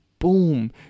boom